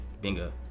Bingo